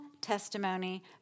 testimony